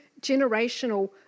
generational